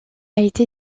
été